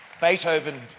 Beethoven